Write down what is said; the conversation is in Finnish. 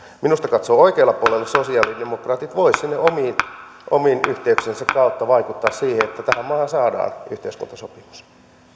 minusta katsoen oikealla puolella sosialidemokraatit voisivat omien yhteyksiensä kautta vaikuttaa että tähän maahan saadaan yhteiskuntasopimus